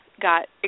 got